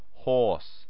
Horse